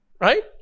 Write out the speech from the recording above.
Right